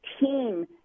team